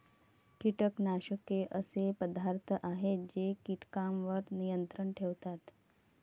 कीटकनाशके असे पदार्थ आहेत जे कीटकांवर नियंत्रण ठेवतात